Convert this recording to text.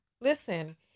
Listen